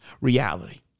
reality